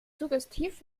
suggestiv